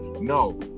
no